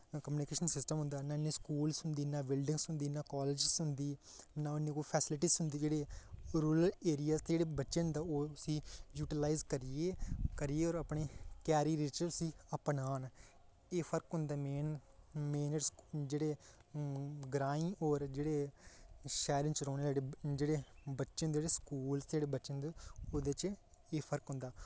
communication system होंदा नां इन्ने स्कूल होंदे ना बिल्डिंग होंदी नां कोलेज होंदे नां इन्नी कोई फैसलिटिस होंदी जेह्ड़ी रूरल एरिया आस्तै जेह्ड़े बच्चे न उसी जुट्लाईज करियै और अपने करियर च उसी अपनान एह् फर्क होंदे मेन जेह्के ग्राईं और जेह्ड़े शैह्रें च रौह्नें आह्ले जेह्ड़े बच्चे न जेह्ड़े स्कूल जेह्ड़े बच्चे होंदे ओह्दे च एह् फर्क होंदा